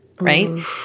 Right